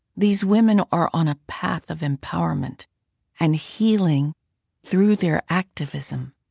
these women are on a path of empowerment and healing through their activism.